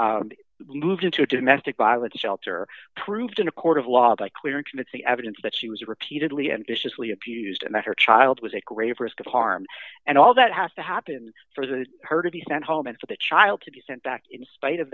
states moved into a domestic violence shelter proved in a court of law by clear and convincing evidence that she was repeatedly and viciously abused and that her child was a grave risk of harm and all that has to happen for the her to be sent home and for the child to be sent back in spite of